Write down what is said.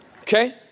Okay